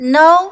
no